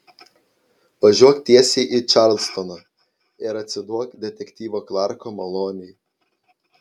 važiuok tiesiai į čarlstoną ir atsiduok detektyvo klarko malonei